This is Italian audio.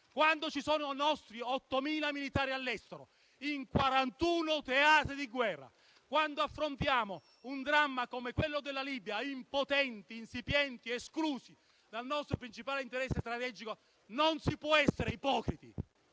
quando 8.000 nostri militari sono impegnati all'estero in 41 teatri di guerra; quando affrontiamo un dramma come quello della Libia impotenti, insipienti ed esclusi dal nostro principale interesse strategico, non si può essere ipocriti.